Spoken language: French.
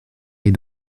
les